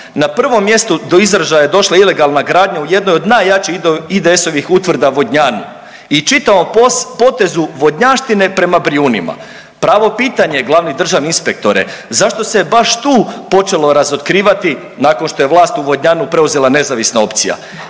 Na prvom mjestu do izražaja je došla ilegalna gradnja u jednoj od najjačih IDS-ovih utvrda Vodnjanu i čitavom potezu Vodnjanštine prema Brijunima. Pravo pitanje glavni državni inspektore, zašto se je baš tu počelo razotkrivati nakon što je vlast u Vodnjanu preuzela nezavisna opcija?